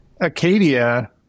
Acadia